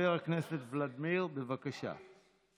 חבר הכנסת ולדימיר בליאק, בבקשה.